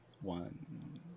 One